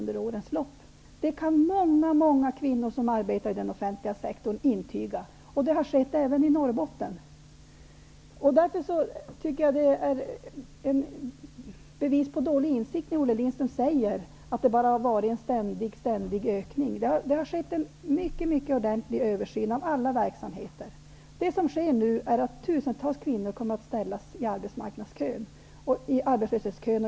Det kan många kvinnor som arbetar inom den offentliga sektorn intyga, och det har skett även i Norrbotten. Därför tycker jag att det är bevis för dålig insikt när Olle Lindström säger att det har skett en ständig ökning. Det har skett en mycket ordentlig översyn av alla verksamheter. Det som nu sker är att tusentals kvinnor kommer att ställas i arbetslöshetskön.